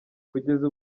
kugeza